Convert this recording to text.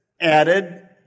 added